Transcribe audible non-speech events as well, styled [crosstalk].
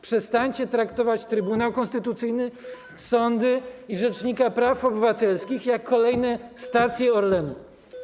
Przestańcie traktować Trybunał Konstytucyjny, [noise] sądy i rzecznika praw obywatelskich jak kolejne stacje Orlenu.